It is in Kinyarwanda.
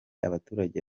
abaturage